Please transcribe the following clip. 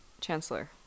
chancellor